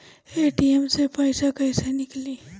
ATM से पइसा कइसे निकली?